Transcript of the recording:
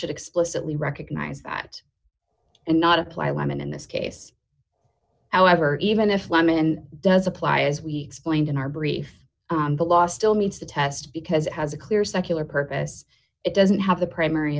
should explicitly recognize that and not apply lemon in this case however even if lemon does apply as we explained in our brief the law still meets the test because it has a clear secular purpose it doesn't have the primary